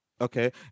Okay